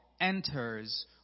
enters